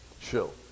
chill